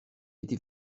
yedi